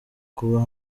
kuba